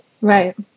right